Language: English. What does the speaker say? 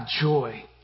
joy